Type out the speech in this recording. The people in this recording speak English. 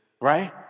right